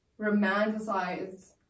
romanticize